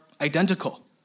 identical